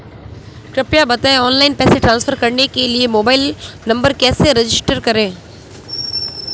कृपया बताएं ऑनलाइन पैसे ट्रांसफर करने के लिए मोबाइल नंबर कैसे रजिस्टर करें?